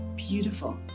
beautiful